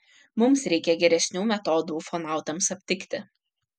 mums reikia geresnių metodų ufonautams aptikti